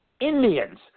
Indians